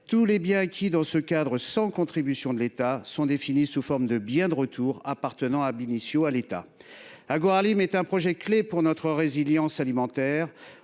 des biens acquis dans ce cadre sans contribution de l’État étant définis sous forme de biens de retour appartenant à celui ci. Agoralim est un projet clé pour notre résilience alimentaire.